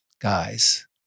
guys